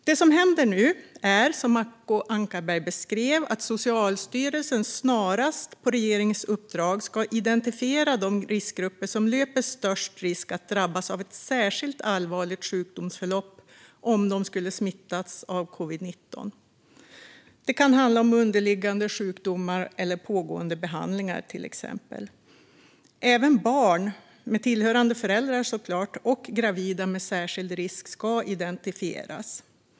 Det som händer nu är, som Acko Ankarberg beskrev, att Socialstyrelsen på regeringens uppdrag snarast ska identifiera de riskgrupper som löper störst risk att drabbas av ett särskilt allvarligt sjukdomsförlopp om de skulle smittas av covid-19. Det kan handla om underliggande sjukdomar eller pågående behandlingar, till exempel. Även barn, med tillhörande föräldrar såklart, och gravida med särskild risk ska identifieras.